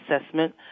assessment